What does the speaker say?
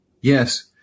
yes